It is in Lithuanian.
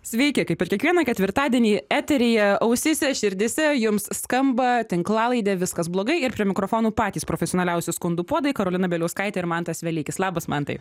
sveiki kaip ir kiekvieną ketvirtadienį eteryje ausyse širdyse jums skamba tinklalaidė viskas blogai ir prie mikrofonų patys profesionaliausi skundų puodai karolina bieliauskaitė ir mantas velykis labas mantai